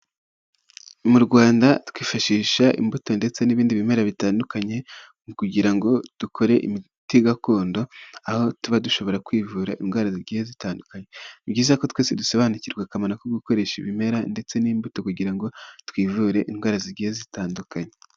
Mu Rwanda twifashisha imbuto ndetse n'ibindi bimera bitandukanye mu kugira ngo dukore imiti gakondo, aho tuba dushobora kwivura indwara zigiye zitandukanye, ni byiza ko twese dusobanukirwa akamaro ko gukoresha ibimera ndetse n'imbuto kugira ngo twivure indwara zigiye zitandukanye.